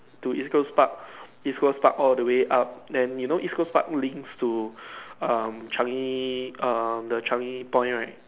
to East Coast Park East Coast Park all the way up then you know East Coast Park links to um Changi um the Changi-Point right